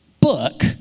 book